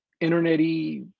internet-y